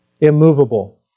immovable